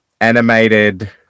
animated